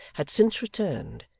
had since returned,